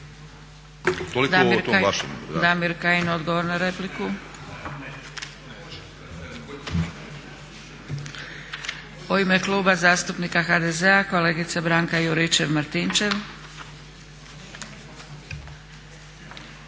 Damir Kajin, odgovor na repliku? U ime Kluba zastupnika HDZ-a kolegica Branka Juričev-Martinčev.